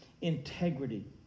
integrity